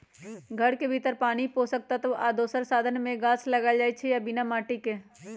घर के भीतर पानी पोषक तत्व आ दोसर साधन से गाछ लगाएल जाइ छइ बिना माटिके